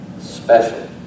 Special